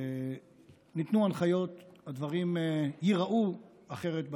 ניתנו הנחיות, והדברים ייראו אחרת בהמשך.